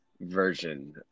version